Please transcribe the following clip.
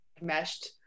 meshed